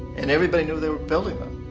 and everybody knew they were building them.